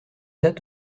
date